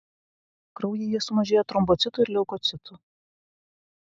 kraujyje sumažėja trombocitų ir leukocitų